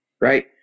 right